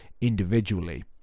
individually